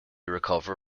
recover